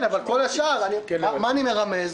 מה אני מרמז?